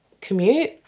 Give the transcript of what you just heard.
commute